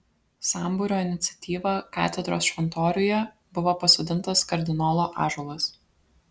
sambūrio iniciatyva katedros šventoriuje buvo pasodintas kardinolo ąžuolas